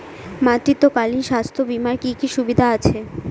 মাতৃত্বকালীন স্বাস্থ্য বীমার কি কি সুবিধে আছে?